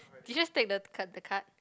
you just take the card the card